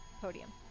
podium